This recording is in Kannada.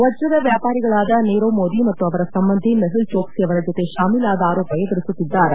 ವಜ್ರದ ವ್ಯಾಪಾರಿಗಳಾದ ನೀರವ್ ಮೋದಿ ಮತ್ತು ಅವರ ಸಂಬಂಧಿ ಮೆಹುಲ್ ಚೋಕ್ಲಿ ಅವರ ಜತೆ ಶಾಮೀಲಾದ ಆರೋಪ ಎದುರಿಸುತ್ತಿದ್ದಾರೆ